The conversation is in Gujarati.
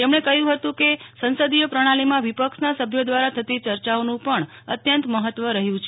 તેમણે કહ્યું હતું કે સંસદીય પ્રણાલિમાં વિપક્ષના સભ્યોદ્વારા થતી ચર્ચાઓનું પણ અત્યંત મહત્વ રહ્યું છે